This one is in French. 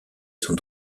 sont